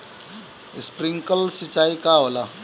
Sprinkler सिंचाई का होला?